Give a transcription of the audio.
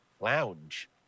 Lounge